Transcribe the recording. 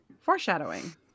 Foreshadowing